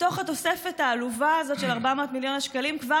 מתוך התוספת העלובה הזאת של 400 מיליון השקלים כבר